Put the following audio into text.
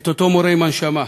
לאותו מורה עם נשמה.